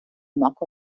marco